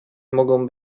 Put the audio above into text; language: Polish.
mogą